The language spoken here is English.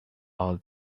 all